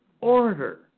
order